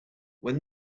when